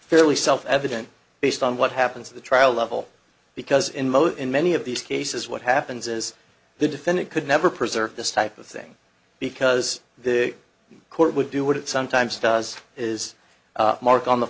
fairly self evident based on what happens at the trial level because in most in many of these cases what happens is the defendant could never preserve this type of thing because the court would do what it sometimes does is mark on the